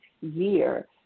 year